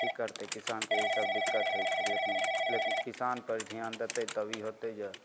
कि करतै किसानके ईसब दिक्कत होइ छै लेकिन लेकिन किसानपर धिआन देतै तब ई हेतै जे